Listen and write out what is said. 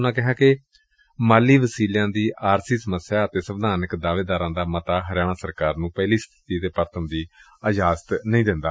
ਉਨਾਂ ਕਿਹਾ ਕਿ ਮਾਲੀ ਵਸੀਲਿਆਂ ਦੀ ਆਰਜ਼ੀ ਸਮੱਸਿਆ ਅਤੇ ਸੰਵਿਧਾਨਕ ਦਾਅਵੇਦਾਰਾਂ ਦਾ ਮਤਾ ਹਰਿਆਣਾ ਸਰਕਾਰ ਨੂੰ ਪਹਿਲੀ ਸਬਿਤੀ ਤੇ ਪਰਤਣ ਦੀ ਇਜਾਜ਼ਤ ਨਹੀ ਦਿੰਦਾ